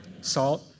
salt